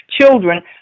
children